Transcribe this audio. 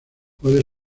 puede